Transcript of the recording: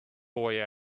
boy